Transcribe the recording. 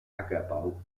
ackerbau